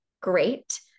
great